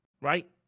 right